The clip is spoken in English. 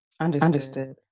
Understood